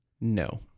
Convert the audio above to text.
No